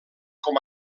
com